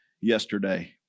yesterday